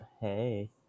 Hey